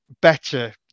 better